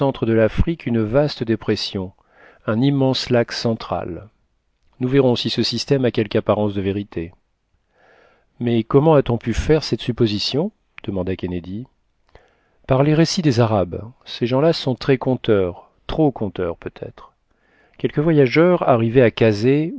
de l'afrique une vaste dépression un immense lac central nous verrons si ce système a quelque apparence de vérité mais comment a-t-on pu faire cette supposition demanda kennedy par les récits des arabes ces gens-là sont très conteurs trop conteurs peut-être quelques voyageurs arrivés à kazeh